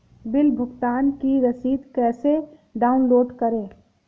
Bill भुगतान की रसीद कैसे डाउनलोड करें?